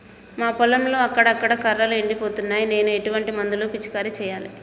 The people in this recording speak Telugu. మా పొలంలో అక్కడక్కడ కర్రలు ఎండిపోతున్నాయి నేను ఎటువంటి మందులను పిచికారీ చెయ్యాలే?